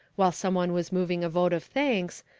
while some one was moving a vote of thanks,